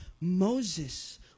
Moses